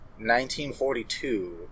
1942